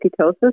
ketosis